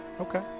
Okay